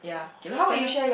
K lah can lah